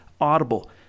Audible